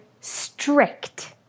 strict